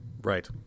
Right